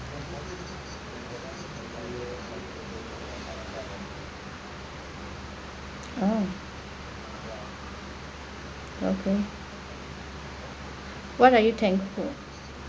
oh okay what are you thankful